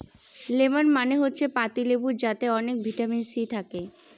lemon মানে হচ্ছে পাতি লেবু যাতে অনেক ভিটামিন সি থাকে